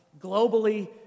Globally